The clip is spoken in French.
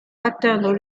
atteindre